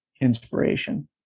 inspiration